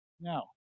Now